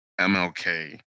MLK